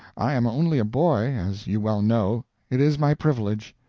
i am only a boy, as you well know it is my privilege.